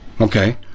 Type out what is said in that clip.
Okay